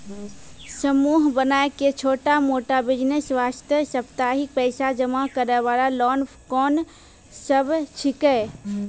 समूह बनाय के छोटा मोटा बिज़नेस वास्ते साप्ताहिक पैसा जमा करे वाला लोन कोंन सब छीके?